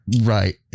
Right